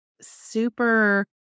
super